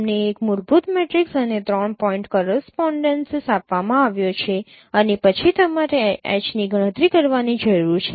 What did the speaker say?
તમને એક મૂળભૂત મેટ્રિક્સ અને 3 પોઇન્ટ કોરસપોનડેન્સીસ આપવામાં આવ્યો છે અને પછી તમારે H ની ગણતરી કરવાની જરૂર છે